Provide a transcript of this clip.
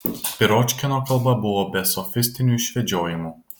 piročkino kalba buvo be sofistinių išvedžiojimų